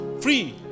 free